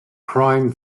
crime